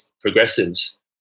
progressives